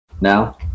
Now